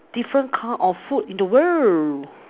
different kind of food in the world